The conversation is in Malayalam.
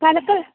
കലക്കൽ